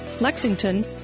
Lexington